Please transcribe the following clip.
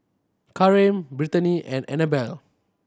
Kareem Brittany and Anabelle